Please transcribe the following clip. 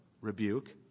rebuke